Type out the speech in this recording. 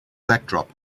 backdrop